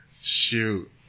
Shoot